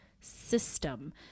system